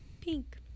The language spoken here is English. pink